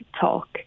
talk